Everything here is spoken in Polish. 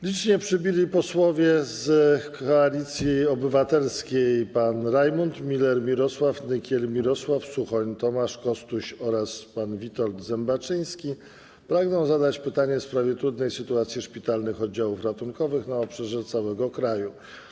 Licznie przybyli posłowie z Koalicji Obywatelskiej, pan Rajmund Miller, Mirosława Nykiel, Mirosław Suchoń, Tomasz Kostuś oraz pan Witold Zembaczyński, pragną zadać pytanie w sprawie trudnej sytuacji szpitalnych oddziałów ratunkowych na obszarze całego kraju.